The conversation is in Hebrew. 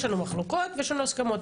יש לנו מחלוקות ויש לנו הסכמות.